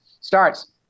starts